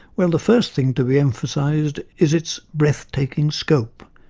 well, the first thing to be emphasised is its breathtaking scope,